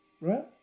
right